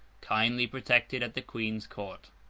kindly protected at the queen's court.